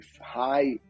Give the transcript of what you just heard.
high